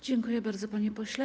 Dziękuję bardzo, panie pośle.